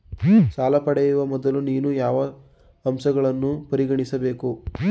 ಸಾಲ ಪಡೆಯುವ ಮೊದಲು ನೀವು ಯಾವ ಅಂಶಗಳನ್ನು ಪರಿಗಣಿಸಬೇಕು?